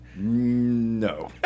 No